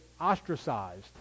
ostracized